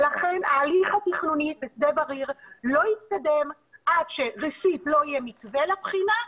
לכן ההליך התכנוני בשדה בריר לא יתקדם עד שראשית לא יהיה מתווה לבחינה,